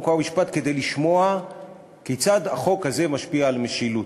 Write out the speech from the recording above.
חוק ומשפט כדי לשמוע כיצד החוק הזה משפיע על משילות.